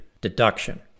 deduction